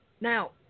Now